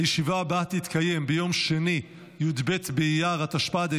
הישיבה הבאה תתקיים ביום שני י"ב באייר התשפ"ד,